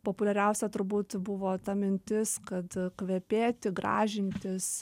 populiariausia turbūt buvo ta mintis kad kvepėti gražintis